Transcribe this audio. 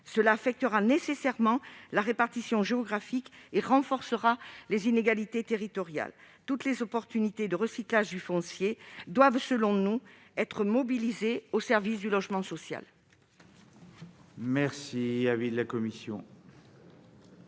Cela affectera nécessairement la répartition géographique et renforcera les inégalités territoriales. Toutes les opportunités de recyclage du foncier doivent être mobilisées au service du logement social.